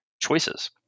choices